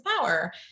power